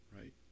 right